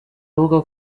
avuga